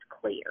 clear